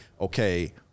okay